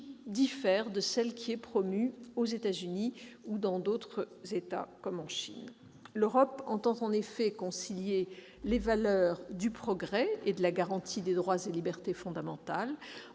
diffère de celle qui est promue aux États-Unis ou dans d'autres États, comme en Chine. L'Europe entend, en effet, concilier les valeurs du progrès et de la garantie des droits et des libertés fondamentales,